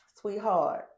sweetheart